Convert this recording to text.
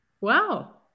Wow